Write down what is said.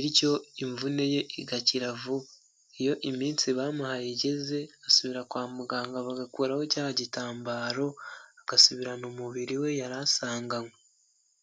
bityo imvune ye igakira vuba, iyo iminsi bamuhaye igeze asubira kwa muganga bagakuraho cya gitambaro, agasubirana umubiri we yari asanganywe.